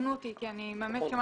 תקנו אותי אם אני טועה.